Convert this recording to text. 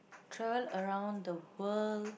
travel around the world